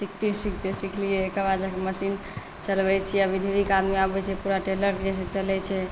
सिखते सिखते सिखलिए एकर बाद जाकऽ मशीन चलबै छिए अभी ढेरिक आदमी आबै छै पूरा टेलर जइसन चलै छै